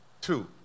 Two